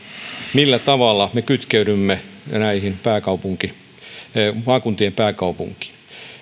millä tavalla me kytkeydymme näihin maakuntien pääkaupunkeihin